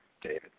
David